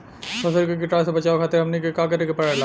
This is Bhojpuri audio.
फसल के कीटाणु से बचावे खातिर हमनी के का करे के पड़ेला?